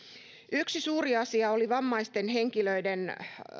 yksi suuri asia oli vammaisten henkilöiden